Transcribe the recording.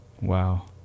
Wow